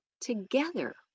together